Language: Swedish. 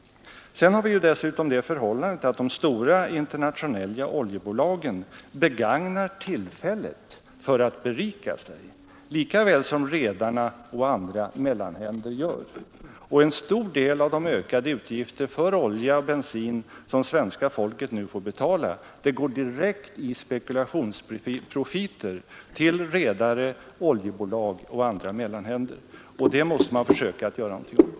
Sedan har vi dessutom det förhållandet att de stora internationella politiska åtgärder oljebolagen begagnar tillfället för att berika sig, lika väl som redarna och andra mellanhänder gör det. En stor del av de ökade utgifter för olja och bensin som svenska folket nu får betala går direkt till spekulationsprofiter för redarna, oljebolagen och andra mellanhänder, och det måste vi göra någonting åt.